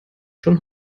schon